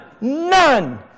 none